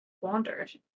wandered